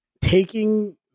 taking